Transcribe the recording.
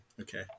okay